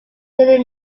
vinnie